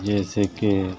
جیسے کہ